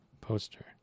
poster